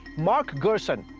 mark gersen,